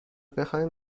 بخواین